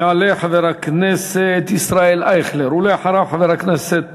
יעלה חבר הכנסת ישראל אייכלר, ואחריו, חבר הכנסת